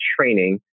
training